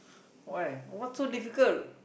why what's so difficult